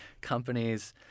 Companies